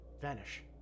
vanish